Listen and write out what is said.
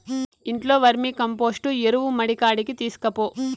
ఇంట్లో వర్మీకంపోస్టు ఎరువు మడికాడికి తీస్కపో